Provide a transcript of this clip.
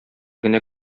генә